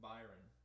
Byron